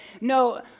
no